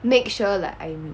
make sure like I'm